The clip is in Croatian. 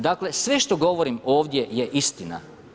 Dakle sve što govorim ovdje je istina.